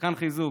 שחקן חיזוק.